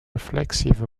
reflexive